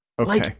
Okay